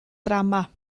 drama